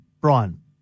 Brian